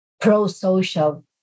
pro-social